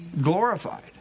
glorified